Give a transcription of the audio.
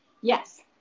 yes